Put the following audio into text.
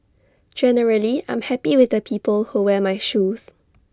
generally I'm happy with the people who wear my shoes